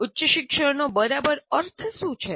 ઉચ્ચશિક્ષણનો બરાબર શું અર્થ છે